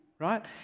right